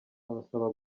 abasaba